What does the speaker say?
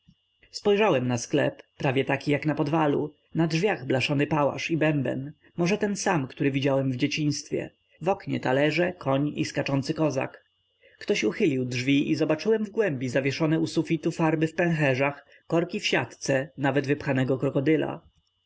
spojrzałem na sklep prawie taki jak na podwalu na drzwiach blaszany pałasz i bęben może ten sam który widziałem w dzieciństwie w oknie talerze koń i skaczący kozak ktoś uchylił drzwi i zobaczyłem w głębi zawieszone u sufitu farby w pęcherzach korki w siatce nawet